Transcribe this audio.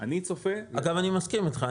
אני צופה -- אגב, אני מסכים איתך.